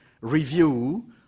review